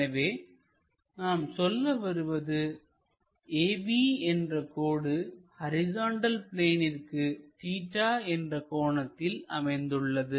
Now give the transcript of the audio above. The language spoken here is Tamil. எனவே நாம் சொல்லவருவது AB என்ற கோடு ஹரிசாண்டல் பிளேனிற்கு தீட்டா என்ற கோணத்தில் அமைந்துள்ளது